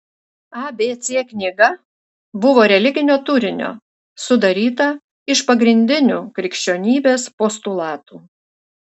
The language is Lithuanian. abc knyga buvo religinio turinio sudaryta iš pagrindinių krikščionybės postulatų